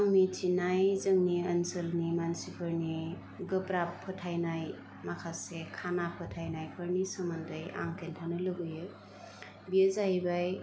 आं मिन्थिनाय जोंनि ओनसोलनि मानसिफोरनि गोब्राब फोथायनाय माखासे खाना फोथायनायफोरनि सोमोन्दै आं खिन्थानो लुबैयो बियो जाहैबाय